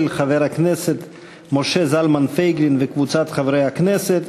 של חבר הכנסת משה זלמן פייגלין וקבוצת חברי הכנסת,